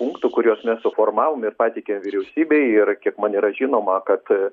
punktų kuriuos mes suformavom ir pateikėm vyriausybei ir kiek man yra žinoma kad